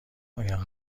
آیا